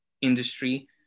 industry